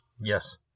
Yes